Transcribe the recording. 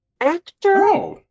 actor